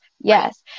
Yes